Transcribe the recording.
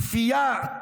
כפייה,